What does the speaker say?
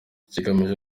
ikigamijwe